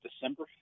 December